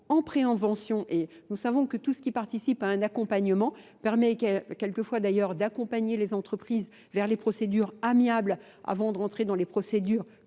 en préinvention et nous savons que tout ce qui participe à un accompagnement permet quelquefois d'ailleurs d'accompagner les entreprises vers les procédures amiables avant de rentrer dans les procédures